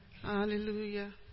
Hallelujah